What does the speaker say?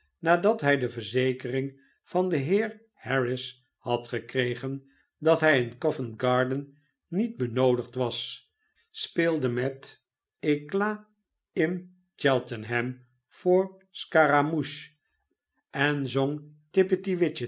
nadat hi de verzekering van den heer harris had gekregen dat hij in coventgarden niet benoodigd was speelde met eclat te cheltenham voor scaramouche en zong